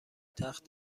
تخت